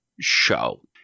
show